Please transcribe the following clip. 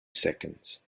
seconds